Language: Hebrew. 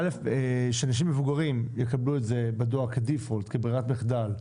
א' שאנשים מבוגרים יקבלו את זה בדואר כברירת מחדל,